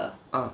ah